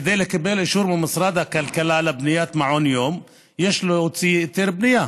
כדי לקבל אישור ממשרד הכלכלה לבניית מעון יום יש להוציא היתר בנייה,